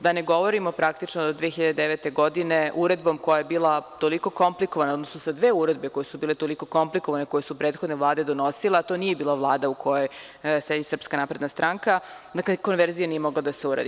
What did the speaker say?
Da ne govorimo praktično da od 2009. godine uredbom koja je bila toliko komplikovana, odnosno sa dve uredbe koje su bile toliko komplikovane, koje su prethodne vlade donosile, a to nije bila Vlada u kojoj je sedela SNS, dakle konverzija nije mogla da se uradi.